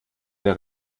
der